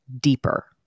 deeper